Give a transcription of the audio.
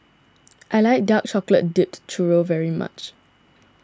I like Dark Chocolate Dipped Churro very much